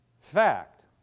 fact